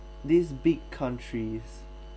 these big countries